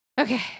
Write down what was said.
Okay